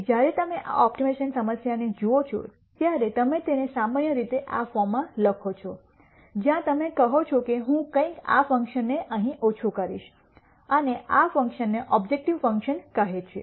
તેથી જ્યારે તમે આ ઓપ્ટિમાઇઝેશન સમસ્યાને જુઓ છો ત્યારે તમે તેને સામાન્ય રીતે આ ફોર્મમાં લખો છો જ્યાં તમે કહો છો કે હું કંઈક આ ફંકશનને અહીં ઓછું કરીશ અને આ ફંકશનને ઓબ્જેકટીવ ફંકશન કહે છે